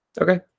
Okay